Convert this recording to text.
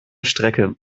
strecke